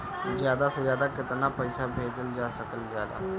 ज्यादा से ज्यादा केताना पैसा भेजल जा सकल जाला?